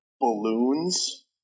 Balloons